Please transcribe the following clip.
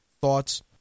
thoughts